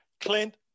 Clint